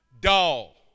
dull